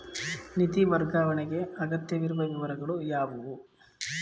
ನಿಧಿ ವರ್ಗಾವಣೆಗೆ ಅಗತ್ಯವಿರುವ ವಿವರಗಳು ಯಾವುವು?